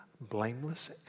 blameless